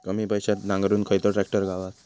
कमी पैशात नांगरुक खयचो ट्रॅक्टर गावात?